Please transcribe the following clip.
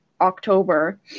October